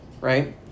right